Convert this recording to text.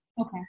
Okay